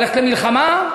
ללכת למלחמה.